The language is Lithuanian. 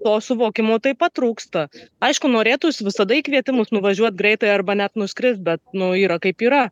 to suvokimo taip pat trūksta aišku norėtųsi visada į kvietimus nuvažiuot greitai arba net nuskrist bet nu yra kaip yra